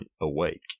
awake